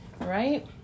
Right